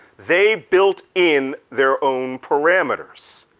they built in their own parameters.